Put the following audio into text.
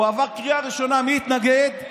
הוא עבר בקריאה ראשונה, מי התנגד?